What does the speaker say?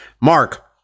Mark